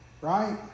right